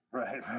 right